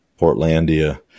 Portlandia